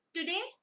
Today